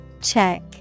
Check